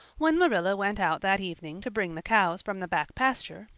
when marilla went out that evening to bring the cows from the back pasture,